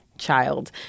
child